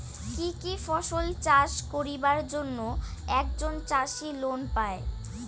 কি কি ফসল চাষ করিবার জন্যে একজন চাষী লোন পায়?